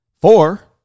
four